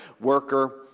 worker